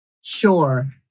sure